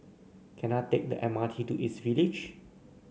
can I take the M R T to East Village